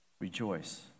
rejoice